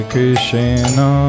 Krishna